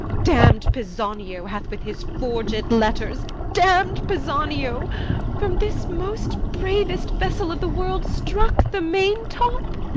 damn'd pisanio hath with his forged letters damn'd pisanio from this most bravest vessel of the world struck the main-top.